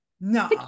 No